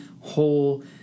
whole